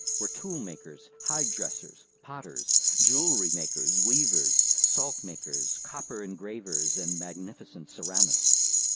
were toolmakers, hide dressers, potters, jewellery makers, weavers, salt makers, copper engravers, and magnificent ceramists.